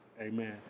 Amen